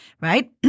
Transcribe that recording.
right